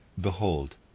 behold